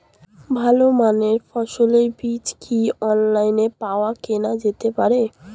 ভালো মানের ফসলের বীজ কি অনলাইনে পাওয়া কেনা যেতে পারে?